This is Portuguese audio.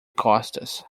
costas